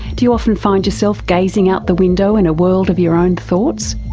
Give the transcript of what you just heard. do you often find yourself gazing out the window in a world of your own thoughts?